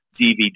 DVD